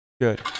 good